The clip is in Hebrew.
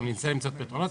נמצא פתרונות,